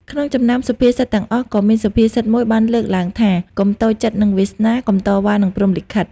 ក្នុងចំណោមសុភាសិតទាំងអស់ក៏មានសុភាសិតមួយបានលើកឡើងថា កុំតូចចិត្តនឹងវាសនា កុំតវ៉ានឹងព្រហ្មលិខិត។